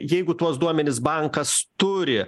jeigu tuos duomenis bankas turi